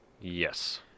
Yes